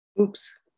oops